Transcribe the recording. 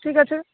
ঠিক আছে